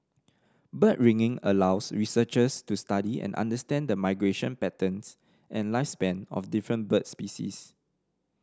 bird ringing allows researchers to study and understand the migration patterns and lifespan of different bird species